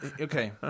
Okay